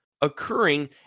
occurring